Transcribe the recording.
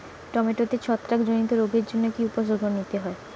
টমেটোতে ছত্রাক জনিত রোগের জন্য কি উপসর্গ নিতে হয়?